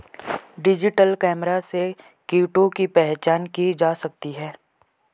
digital camera से कीटों की पहचान की जा सकती है